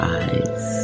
eyes